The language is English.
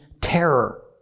terror